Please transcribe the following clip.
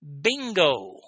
Bingo